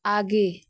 आगे